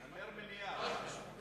נמר מנייר.